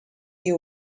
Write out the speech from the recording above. you